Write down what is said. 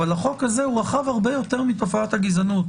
אבל החוק הזה הוא רחב הרבה יותר מתופעת הגזענות,